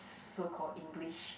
so called English